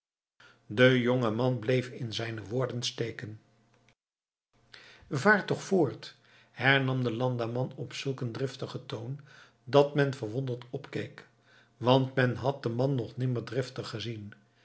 de jonge man bleef in zijne woorden steken vaar toch voort hernam de landamman op zulk een driftigen toon dat men verwonderd opkeek want men had den man nog nimmer driftig gezien